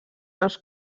els